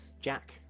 jack